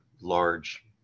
large